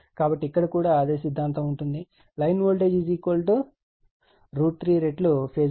కాబట్టి ఇక్కడ కూడా అదే సిద్ధాంతం ఉంటుంది లైన్ వోల్టేజ్ √ 3 రెట్లు ఫేజ్ వోల్టేజ్